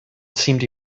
seemed